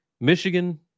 Michigan